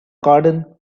garden